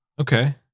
Okay